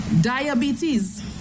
Diabetes